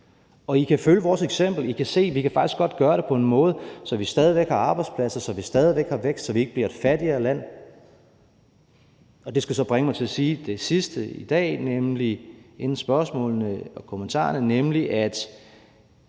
Og: I kan følge vores eksempel, I kan se, at vi faktisk godt kan gøre det på en måde, så vi stadig væk har arbejdspladser, og så vi stadig væk har vækst, så vi ikke bliver et fattigere land. Det skal så bringe mig til at sige det sidste i dag inden spørgsmålene eller kommentarerne, nemlig at